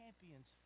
champions